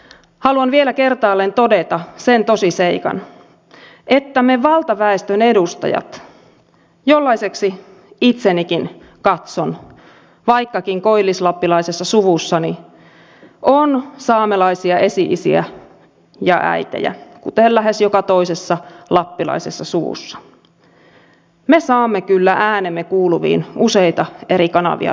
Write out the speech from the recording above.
haluan vielä kertaalleen todeta sen tosiseikan että me valtaväestön edustajat jollaiseksi itsenikin katson vaikkakin koillislappilaisessa suvussani on saamelaisia esi isiä ja äitejä kuten lähes joka toisessa lappilaisessa suvussa me saamme kyllä äänemme kuuluviin useita eri kanavia pitkin